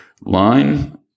line